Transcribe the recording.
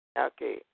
Okay